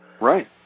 Right